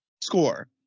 Score